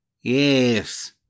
Yes